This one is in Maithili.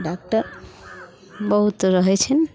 डॉक्टर बहुत रहैत छनि